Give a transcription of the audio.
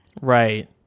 Right